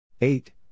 Eight